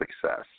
success